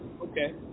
Okay